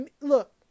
look